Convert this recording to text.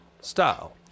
style